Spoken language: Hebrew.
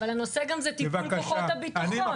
אבל הנושא הוא גם טיפול כוחות הביטחון.